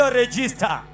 register